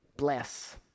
bless